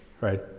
right